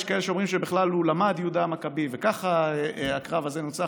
יש כאלה שאומרים שבכלל יהודה המכבי למד וככה הקרב הזה נוצח,